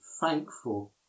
Thankful